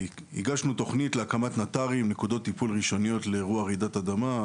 הגשנו תוכנית להקמת נט"רים נקודות טיפול ראשוניות לאירוע רעידת אדמה.